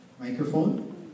Microphone